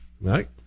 right